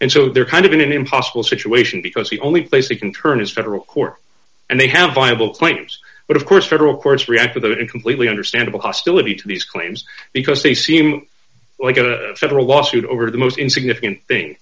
and so they're kind of in an impossible situation because the only place they can turn is federal court and they have viable claims but of course federal courts react to that in completely understandable hostility to these claims because they seem like a federal lawsuit over the most insignificant thing